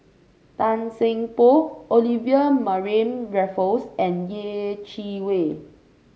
Tan Seng Poh Olivia Mariamne Raffles and Yeh Chi Wei